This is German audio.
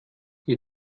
ihr